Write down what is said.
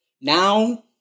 Now